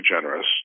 generous